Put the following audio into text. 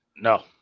No